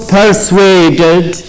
persuaded